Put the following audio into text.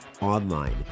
online